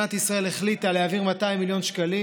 מדינת ישראל החליטה להעביר 200 מיליון שקלים